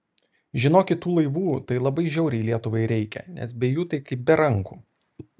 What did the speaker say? žinokit tų laivų tai labai žiauriai lietuvai reikia nes be jų tai kaip be rankų